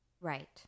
Right